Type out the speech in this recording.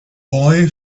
boy